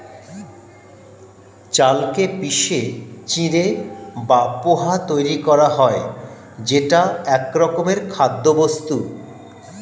চালকে পিষে চিঁড়ে বা পোহা তৈরি করা হয় যেটা একরকমের খাদ্যবস্তু